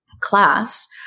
class